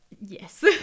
yes